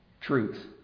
Truth